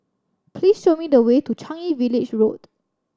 please show me the way to Changi Village Road